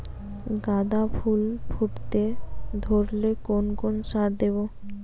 গাদা ফুল ফুটতে ধরলে কোন কোন সার দেব?